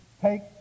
take